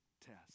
test